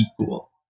equal